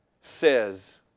says